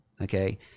okay